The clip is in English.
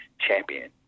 champion